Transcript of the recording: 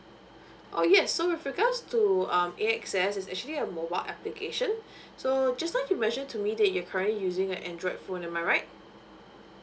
oh yes so with regards to um A S X is actually a mobile application so just now you mention to me that you currently using an android phone am I right